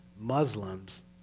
Muslims